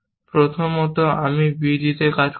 প্রথমত আমি b d তে কাজ করতাম